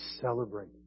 celebrate